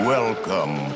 Welcome